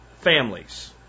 families